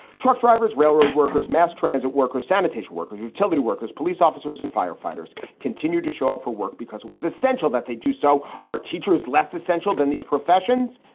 truck drivers, railroad workers, mass transit workers, sanitation workers, utility workers, police officers and firefighters continue to show up for work because it was essential that they do so. are teachers less essential than these professions?